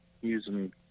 using